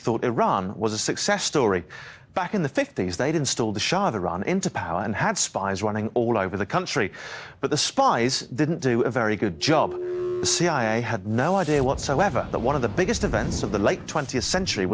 thought iran was a success story back in the fifty's they'd installed the shah of iran into power and had spies running all over the country but the spies didn't do a very good job cia had no idea whatsoever that one of the biggest events of the late twentieth century